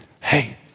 Hey